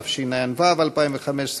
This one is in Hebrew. התשע"ו 2015,